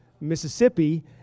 Mississippi